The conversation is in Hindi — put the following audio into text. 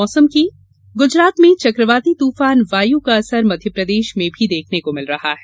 मौसम गुजरात में चक्रवाती तूफान वायु का असर मध्यप्रदेश में भी देखने को मिल रहा है